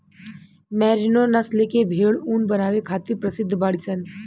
merino नस्ल के भेड़ ऊन बनावे खातिर प्रसिद्ध बाड़ीसन